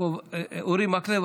אורי מקלב,